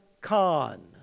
Khan